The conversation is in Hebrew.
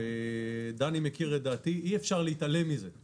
אי אפשר להגיד "אני לא יודע מה זה תלונות".